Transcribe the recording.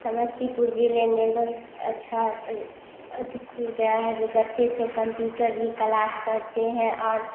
समस्तीपुर जिल में बहुत अच्छा अथी खुल गया है सो बच्चे भी कंप्यूटर भी कलास करते हैं